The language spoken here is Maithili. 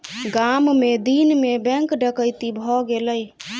गाम मे दिन मे बैंक डकैती भ गेलै